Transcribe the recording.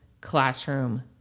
classroom